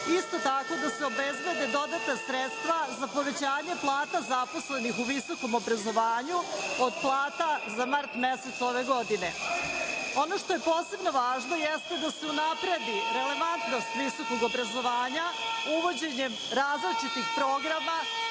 isto tako da se obezbede dodatna sredstva za povećanje plata zaposlenih u visokom obrazovanju od plata za mart mesec ove godine. Ono što je posebno važno jeste da se unapredi relevantnost visokog obrazovanja uvođenjem različitih programa,